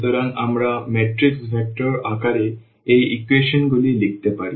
সুতরাং আমরা matrix vector আকারে এই ইকুয়েশনগুলি লিখতে পারি